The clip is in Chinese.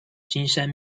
金山